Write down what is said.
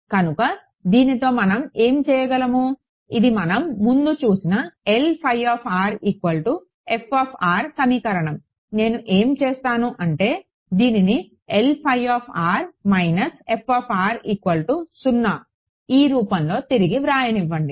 కనుక దీనితో మనం ఏమి చేయగలము ఇది మనం ముందు చూసిన సమీకరణం నేను ఏమి చేస్తాను అంటే దీన్ని ఈ రూపంలో తిరిగి వ్రాయనివ్వండి